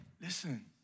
listen